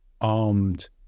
armed